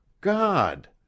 God